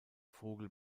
vogel